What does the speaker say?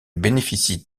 bénéficient